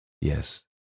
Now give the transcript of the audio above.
Yes